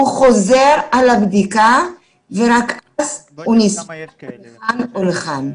הוא חוזר על הבדיקה ורק אז הוא נספר לכאן או לכאן.